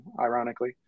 ironically